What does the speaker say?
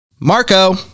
Marco